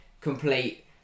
complete